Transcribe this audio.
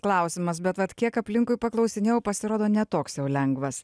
klausimas bet vat kiek aplinkui paklausinėjau pasirodo ne toks jau lengvas